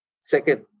Second